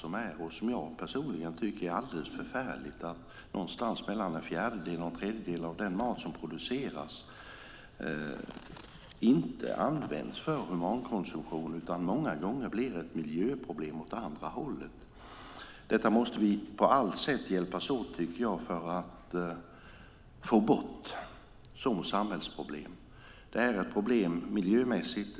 Jag tycker personligen att det är alldeles förfärligt att någonstans mellan en fjärdedel och en tredjedel av den mat som produceras inte används för humankonsumtion utan många gånger blir ett miljöproblem åt andra hållet. Detta tycker jag att vi på allt sätt måste hjälpas åt för att få bort som samhällsproblem. Det är ett problem miljömässigt.